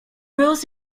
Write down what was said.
rules